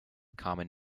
common